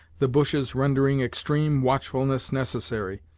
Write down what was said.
the bushes rendering extreme watchfulness necessary.